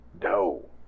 No